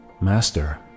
Master